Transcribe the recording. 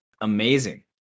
amazing